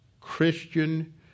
Christian